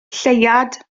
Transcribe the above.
lleuad